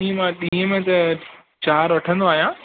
हीउ मां ॾींहं में त चारि वठंदो आहियां